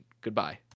Goodbye